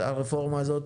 הרפורמה הזאת